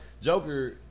Joker